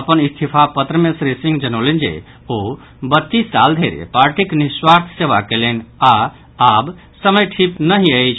अपन इस्तीफा पत्र मे श्री सिंह जनौलनि जे ओ बत्तीस साल धरि पार्टीक निःस्वार्थ सेवा कयलनि आओर आब समय ठीक नहि अछि